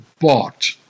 bought